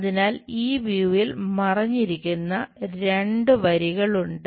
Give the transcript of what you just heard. അതിനാൽ ഈ വ്യൂവിൽ മറഞ്ഞിരിക്കുന്ന രണ്ട് വരികൾ ഉണ്ട്